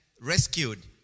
rescued